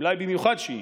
אולי במיוחד שיעים: